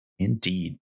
Indeed